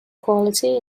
quality